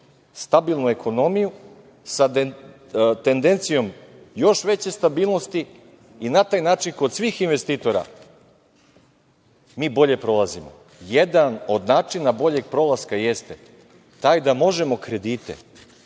stabilnu ekonomiju sa tendencijom još veće stabilnosti, i na taj način kod svih investitora mi bolje prolazimo. Jedan od načina boljeg prolaska jeste taj da možemo kredite,